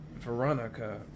Veronica